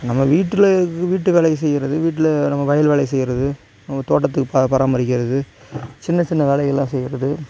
நம்ம வீட்டில் வீட்டு வேலையை செய்கிறது வீட்ல நம்ம வயல் வேலையை செய்கிறது நம்ம தோட்டத்தை ப பராமரிக்கிறது சின்ன சின்ன வேலைகளெலாம் செய்கிறது